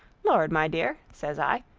lord! my dear says i,